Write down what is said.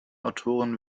autoren